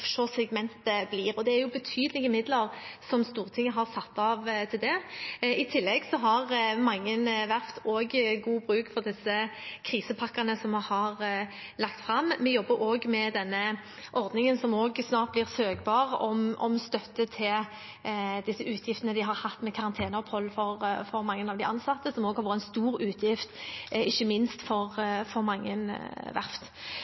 blir. Det er betydelige midler som Stortinget har satt av til det. I tillegg har mange verft god bruk for disse krisepakkene vi har lagt fram. Vi jobber også med ordningen, som snart blir søkbar, for støtte til utgiftene de har hatt til karanteneopphold for mange av de ansatte, noe som også har vært en stor utgift, ikke minst for mange verft.